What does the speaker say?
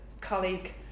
colleague